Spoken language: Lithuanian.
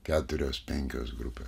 keturios penkios grupės